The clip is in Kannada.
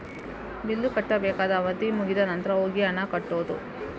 ಬಿಲ್ಲು ಕಟ್ಟಬೇಕಾದ ಅವಧಿ ಮುಗಿದ ನಂತ್ರ ಹೋಗಿ ಹಣ ಕಟ್ಟುದು